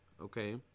okay